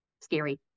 scary